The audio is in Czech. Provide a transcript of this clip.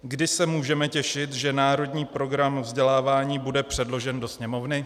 Kdy se můžeme těšit, že Národní program vzdělávání bude předložen do Sněmovny?